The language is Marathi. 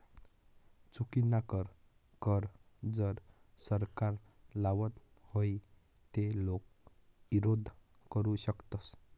चुकीनाकर कर जर सरकार लावत व्हई ते लोके ईरोध करु शकतस